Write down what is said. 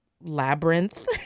Labyrinth